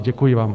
Děkuji vám.